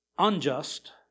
unjust